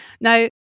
Now